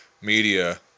media